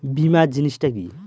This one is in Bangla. বীমা জিনিস টা কি?